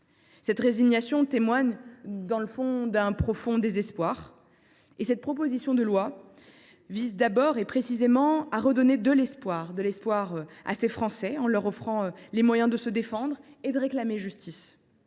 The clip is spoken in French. telle résignation témoigne d’un profond désespoir. Cette proposition de loi vise précisément à redonner espoir à ces Français, en leur offrant les moyens de se défendre et de réclamer justice.